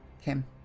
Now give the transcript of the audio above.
Kim